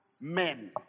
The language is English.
men